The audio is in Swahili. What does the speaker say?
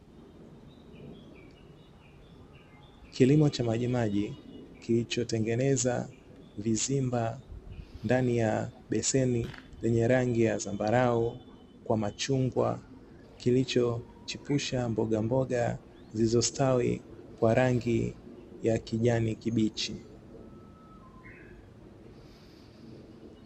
Kilimo cha majimaji kilichotengeneza vizimba ndani ya beseni lenye rangi ya zambarau kwa machungwa, kilichochipusha mboga mboga zilizostawi kwa rangi ya kijani kibichi.